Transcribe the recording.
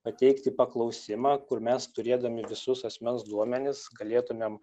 pateikti paklausimą kur mes turėdami visus asmens duomenis galėtumėm